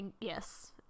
Yes